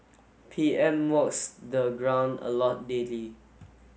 P M walks the ground a lot daily